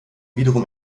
wiederum